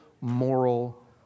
moral